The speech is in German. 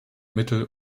mittel